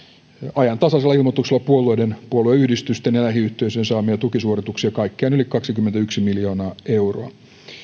ajantasaisella ilmoituksella puolueiden puolueyhdistysten ja lähiyhteisöjen saamia tukisuorituksia kaikkiaan yli kaksikymmentäyksi miljoonaa euroa